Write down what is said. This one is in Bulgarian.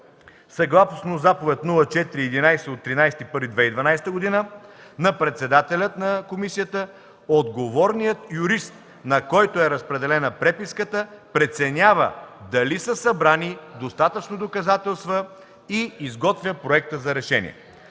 Съгласно Заповед № 04-11/13.01.2012 г. на председателя на комисията отговорният юрист, на когото е разпределена преписката, преценява дали са събрани достатъчно доказателства и изготвя проекта за решение.